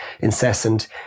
incessant